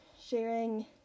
sharing